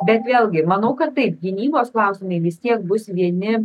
bet vėlgi manau kad taip gynybos klausimai vis tiek bus vieni